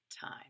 time